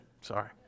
Sorry